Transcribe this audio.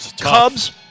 Cubs